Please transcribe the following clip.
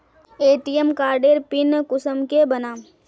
ATM कार्डेर pin कुंसम के बनाम?